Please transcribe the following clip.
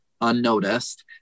unnoticed